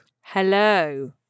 Hello